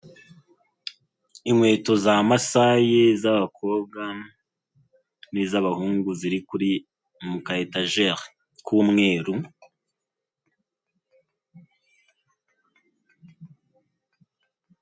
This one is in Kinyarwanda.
Inkweto za masaye z'abakobwa n'izabahungu ziri kuri mu kaetajeri k'umweru.